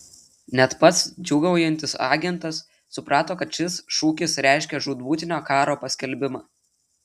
net pats džiūgaujantis agentas suprato kad šis šūkis reiškia žūtbūtinio karo paskelbimą